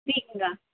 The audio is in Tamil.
பீர்க்கங்கா